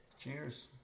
Cheers